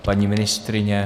Paní ministryně?